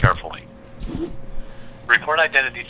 carefully record identity